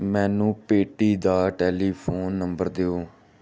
ਮੈਨੂੰ ਪੇਟੀ ਦਾ ਟੈਲੀਫੋਨ ਨੰਬਰ ਦਿਓ